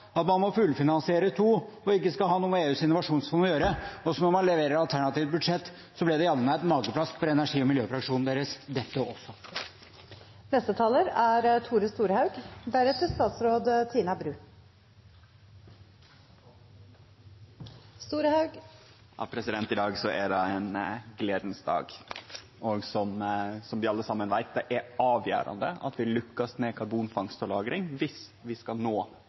at man må fullfinansiere to og ikke skal ha noe med EUs innovasjonsfond å gjøre, men når man leverer et alternativt budsjett, er det jammen meg et mageplask for energi- og miljøfraksjonen deres, dette også. Ja, i dag er ein gledeleg dag. Som vi alle veit, er det avgjerande at vi lykkast med karbonfangst og -lagring viss vi skal nå dei internasjonale måla som er sette for klimaarbeidet. Dette er ein teknologi vi må lykkast med, og